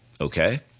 Okay